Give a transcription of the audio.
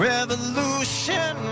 Revolution